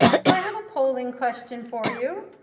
so i have a polling question for you.